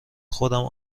خودم